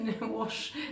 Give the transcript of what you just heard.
wash